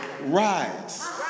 rise